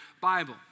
Bible